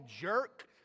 jerk